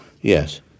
Yes